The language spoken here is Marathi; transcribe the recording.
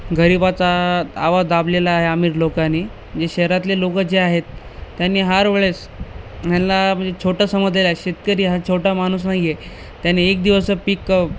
गरिबाचा आवाज दाबलेला आहे आमीर लोकांनी जे शहरातले लोकं जे आहेत त्यांनी हर वेळेस हेंला म्हणजे छोट्या समुदायाला शेतकरी हा छोटा माणूस नाही आहे त्यानी एक दिवसाचं पिक